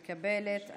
הצעת החוק אינה מתקבלת.